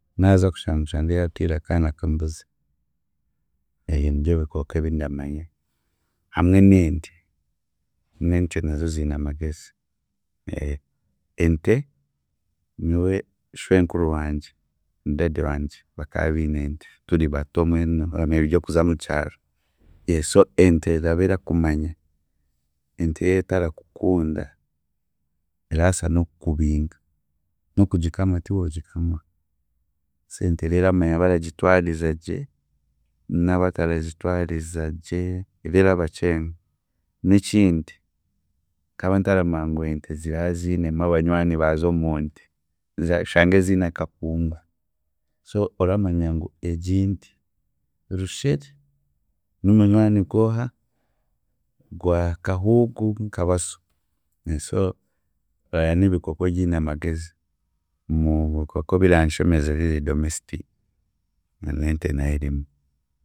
Naaza kushanga nshange yaatwire akaana k'embuzi, nibyo bikooko ebindamanya, hamwe n'ente, n'ente nazo ziine amagezi. Ente, nyowe shwenkuru wangye na dady wangye bakaabiine ente turi bato mbwenu oramanya eby'okuza omu kyaro, so ente eraba erakumanya, ente y'etarakukunda, eraasa n'okukubinga, n'okugikama tiwoogikama so ente era eramanya abaragitwariza gye n'abataragitwariza gye ere erabakyenga. N'ekindi, nkaba ntaramanya ngu ente ziraba ziinemu abanywani baazo omu nte, oshange ziine akakungu so oramanya ngu egi nte rushere, nimunywani gw'oha, gwa kahuuku nkabaso so orareeba n'ebikooko biine amagezi mu bikooko ebiranshemeza ebiri domestic, n'ente nayo erimu.